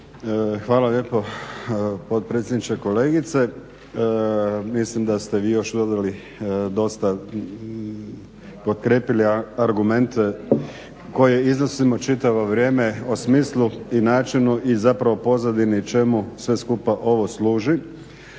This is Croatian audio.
Hvala lijepo potpredsjedniče. Kolegice, mislim da ste vi još dosta potkrijepili argumente koje iznosimo čitavo vrijeme o smislu i načinu i zapravo pozadini čemu sve skupa ovo služi,